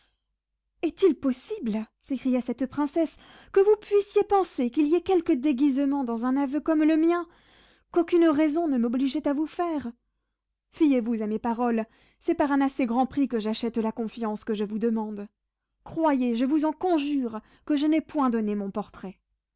est-il possible s'écria cette princesse que vous puissiez penser qu'il y ait quelque déguisement dans un aveu comme le mien qu'aucune raison ne m'obligeait à vous faire fiez-vous à mes paroles c'est par un assez grand prix que j'achète la confiance que je vous demande croyez je vous en conjure que je n'ai point donné mon portrait